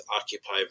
occupy